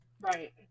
Right